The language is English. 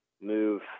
move